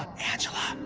angela.